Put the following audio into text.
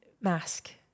mask